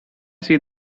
see